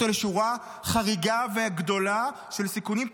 לשורה חריגה וגדולה של סיכונים פסיכיים,